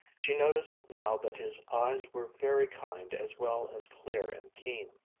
she noticed now that his eyes were very kind as well as clear and keen.